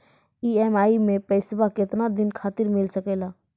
EMI मैं पैसवा केतना दिन खातिर मिल सके ला?